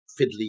fiddly